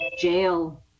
jail